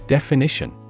Definition